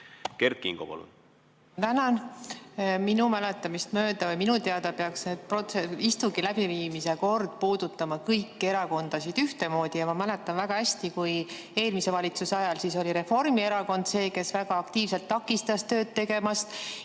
erakondade kaupa. Tänan! Minu mäletamist mööda või minu teada peaks istungi läbiviimise kord puudutama kõiki erakondasid ühtemoodi. Ma mäletan väga hästi, et eelmise valitsuse ajal oli Reformierakond see, kes väga aktiivselt takistas töö tegemist.